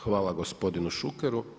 Hvala gospodinu Šukeru.